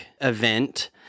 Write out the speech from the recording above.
event